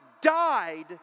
died